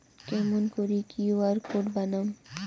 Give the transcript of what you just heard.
কেমন করি QR code বানাম?